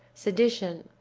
sedition,